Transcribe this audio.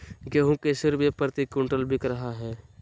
गेंहू कैसे रुपए प्रति क्विंटल बिक रहा है?